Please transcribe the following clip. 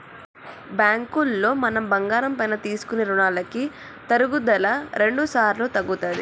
బ్యాంకులో మనం బంగారం పైన తీసుకునే రుణాలకి తరుగుదల రెండుసార్లు తగ్గుతది